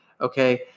okay